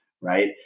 right